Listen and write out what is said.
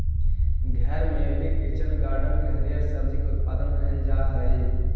घर में भी किचन गार्डन में हरिअर सब्जी के उत्पादन कैइल जा हई